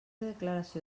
declaració